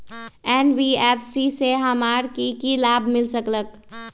NBFC से हमार की की लाभ मिल सक?